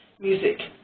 music